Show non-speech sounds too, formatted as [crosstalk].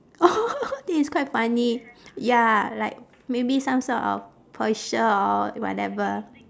oh [laughs] this is quite funny ya like maybe some sort of posture or whatever